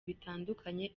bitandukanye